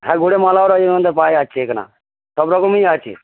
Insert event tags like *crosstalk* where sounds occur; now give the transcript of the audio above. হ্যাঁ *unintelligible* মালাও রজনীগন্ধার পাওয়া যাচ্ছে এখানে সব রকমই আছে